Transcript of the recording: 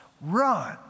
run